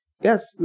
yes